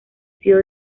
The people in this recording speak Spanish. sido